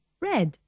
Red